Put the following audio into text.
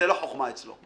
זה לא חכמה אצלו,